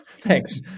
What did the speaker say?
thanks